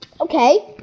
Okay